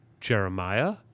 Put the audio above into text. Jeremiah